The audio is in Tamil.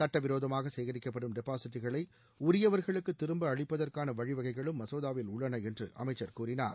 சுட்டவிரோதமாக சேகரிக்கப்படும் டெபாசிட்களை உரியவர்களுக்கு திரும்ப அளிப்பதற்கான வழிவகைகளும் மசோதாவில் உள்ளன என்று அமைச்சர் கூறினார்